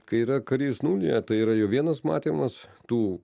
kai yra karys nulyje tai yra jo vienas matymas tų